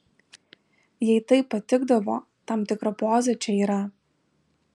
jai taip patikdavo tam tikra poza čia yra